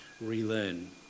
relearn